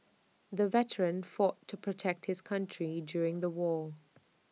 the veteran fought to protect his country during the war